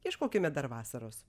ieškokime dar vasaros